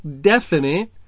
definite